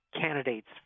candidate's